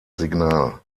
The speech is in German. signal